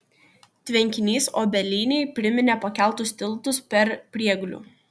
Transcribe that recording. tvenkinys obelynėj priminė pakeltus tiltus per prieglių